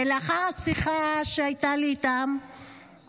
לאחר השיחה שהייתה לי איתן,